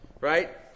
right